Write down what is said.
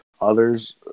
others